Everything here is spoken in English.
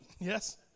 yes